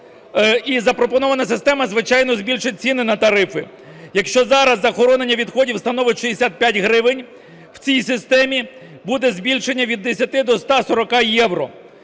І запропонована система звичайно збільшить ціни на тарифи. Якщо зараз захоронення відходів становить 65 гривень, в цій системі буде збільшення від 10 до 140 євро.